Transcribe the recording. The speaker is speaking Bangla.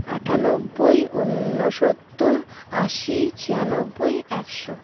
আটানব্বই ঊনসত্তর আশি ছিয়ানব্বই একশো